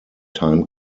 time